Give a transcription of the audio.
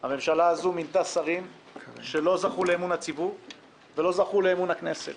הממשלה הזו מינתה שרים שלא זכו לאמון הציבור ולא זכו לאמון הכנסת.